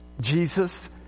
Jesus